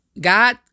God